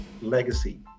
legacy